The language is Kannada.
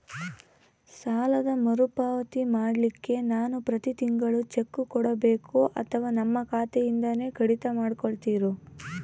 ಸಾಲದ ಮರುಪಾವತಿ ಮಾಡ್ಲಿಕ್ಕೆ ನಾವು ಪ್ರತಿ ತಿಂಗಳು ಚೆಕ್ಕು ಕೊಡಬೇಕೋ ಅಥವಾ ನಮ್ಮ ಖಾತೆಯಿಂದನೆ ಕಡಿತ ಮಾಡ್ಕೊತಿರೋ?